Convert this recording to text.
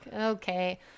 Okay